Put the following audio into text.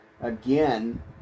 again